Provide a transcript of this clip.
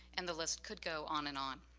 and the list could go on and on.